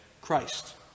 Christ